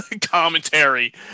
commentary